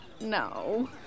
No